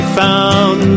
found